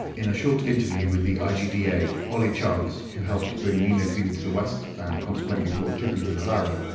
in a short interview with the um igda, oli chance, who helped bring ni no kuni to the west and consequently brought ghibli to the valley,